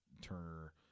Turner